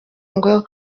ngo